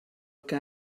que